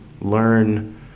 learn